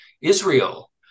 Israel